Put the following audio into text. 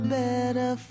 better